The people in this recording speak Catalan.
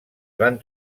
van